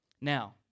Now